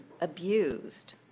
abused